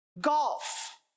Golf